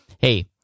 hey